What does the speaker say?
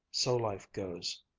so life goes,